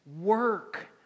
Work